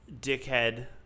dickhead